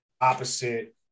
opposite